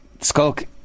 Skulk